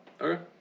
Okay